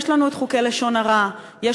יש לנו חוקי לשון הרע שלא חל על המרחב הציבורי.